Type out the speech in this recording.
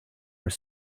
are